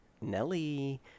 Nelly